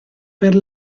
per